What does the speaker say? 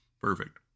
Perfect